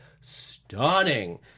stunning